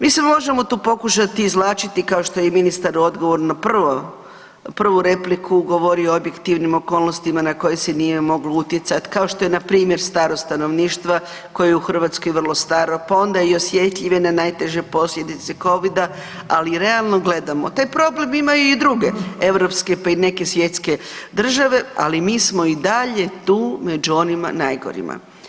Mi se možemo tu pokušati izvlačiti kao što je ministar odgovorno prvu govorio o objektivnim okolnostima na koje se nije moglo utjecati, kao što je npr. staro stanovništvo koje je u Hrvatskoj vrlo staro pa onda i osjetljive na najteže posljedice COVID-a, ali realno gledamo, taj problem imaju u druge europske pa i neke svjetske države, ali mi smo dalje tu među onima najgorima.